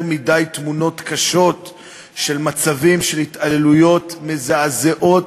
מדי תמונות קשות של מצבים של התעללויות מזעזעות,